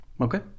Okay